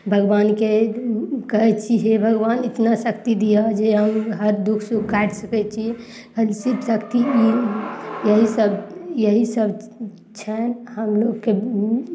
भगवानके कहय छी हे भगवान इतना शक्ति दिऽ जे हम हर दुख सुख काटि सकय छी शिवशक्ति यही सभ यही सभ छनि हमलोगके